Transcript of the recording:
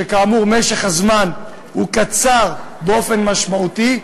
שכאמור משך הזמן בהן הוא קצר באופן משמעותי.